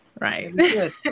right